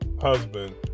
husband